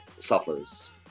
suffers